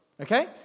Okay